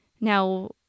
Now